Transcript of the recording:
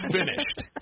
finished